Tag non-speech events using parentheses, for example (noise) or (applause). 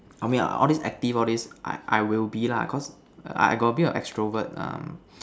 for me all these active all these I I will be lah cause I got a bit of extrovert um (noise)